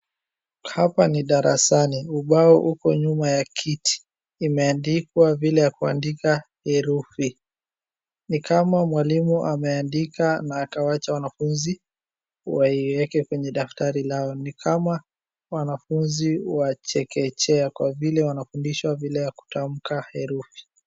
Hapa ni darasani, ubao uko nyuma ya kiti, imeandikwa vile ya kuandika herufi. Ni kama mwalimu ameandika na akawacha wanafunzi waiweke kwenye daftari lao, ni kama wanafunzi wa chekea kwa vile wanafundishwa vile ya kutamka herufi.